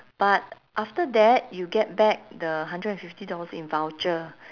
but after that you get back the hundred and fifty dollars in voucher